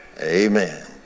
Amen